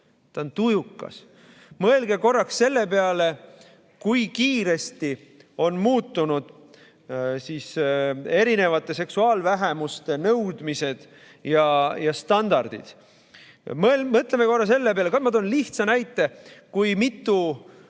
Ta on tujukas. Mõelge korraks selle peale, kui kiiresti on muutunud erinevate seksuaalvähemuste nõudmised ja standardid. Või mõtleme korra selle peale, ma toon lihtsa näite, kui mitu